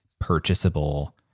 purchasable